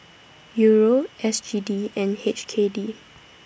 Euro S G D and H K D